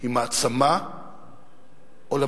היא מעצמה עולמית